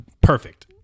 perfect